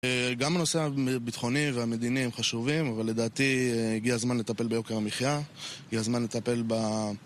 גם הנושא הביטחוני והמדיני הם חשובים, אבל לדעתי הגיע הזמן לטפל ביוקר המחייה, הגיע הזמן לטפל ב...